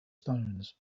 stones